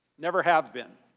never have been.